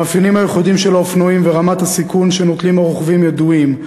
המאפיינים הייחודיים של האופנועים ורמת הסיכון שנוטלים הרוכבים ידועים,